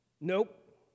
Nope